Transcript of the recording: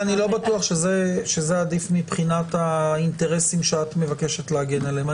אבל אני לא בטוח שזה עדיף מבחינת האינטרסים שאת מבקשת להגן עליהם.